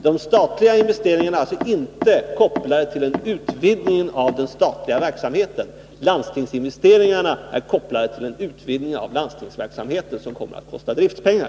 De statliga investeringarna är alltså inte kopplade till en utvidgning av den statliga verksamheten. Landstingsinvesteringarna är kopplade till en utvidgning av landstingsverksamheten som kommer att fordra driftpengar.